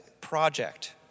project